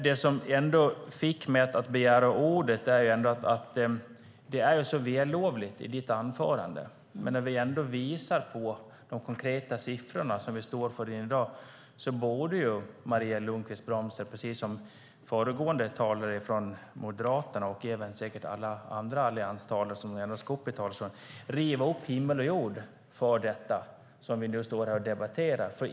Det som fick mig att begära ordet var att det är så vällovligt i ditt anförande, men när vi ändå visar på de konkreta siffror som vi står inför i dag borde Maria Lundqvist-Brömster precis som föregående talare från Moderaterna och säkert även alla andra allianstalare som gått upp i talarstolen riva upp himmel och jord för det som vi nu debatterar.